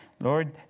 Lord